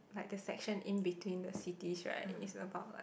like the section in between the cities right it's about like